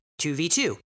2v2